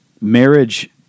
marriage